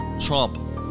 Trump